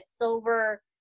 silver